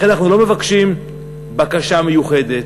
לכן, אנחנו לא מבקשים בקשה מיוחדת,